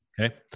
okay